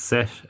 Set